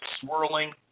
swirling